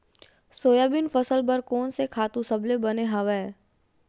Soybean फसल बर कोन से खातु सबले बने हवय?